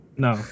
No